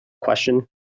question